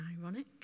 ironic